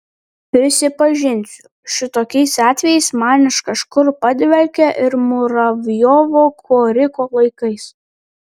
prisipažinsiu šitokiais atvejais man iš kažkur padvelkia ir muravjovo koriko laikais